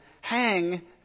hang